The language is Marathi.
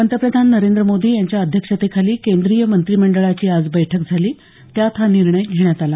पंतप्रधान नरेंद्र मोदी यांच्या अध्यक्षतेखाली केंद्रीय मंत्रिमंडळाची आज बैठक झाली त्यात हा निर्णय घेण्यात आला